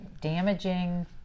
damaging